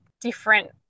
different